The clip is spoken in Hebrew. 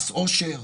מס עושר.